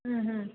ಹ್ಞೂ ಹ್ಞೂ